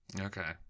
Okay